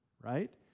right